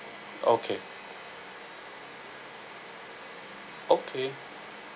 okay okay